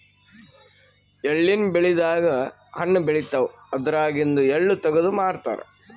ಎಳ್ಳಿನ್ ಬೆಳಿದಾಗ್ ಹಣ್ಣ್ ಬೆಳಿತಾವ್ ಅದ್ರಾಗಿಂದು ಎಳ್ಳ ತಗದು ಮಾರ್ತಾರ್